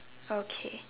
okay